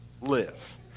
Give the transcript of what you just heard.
live